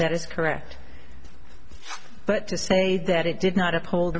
that is correct but to say that it did not uphold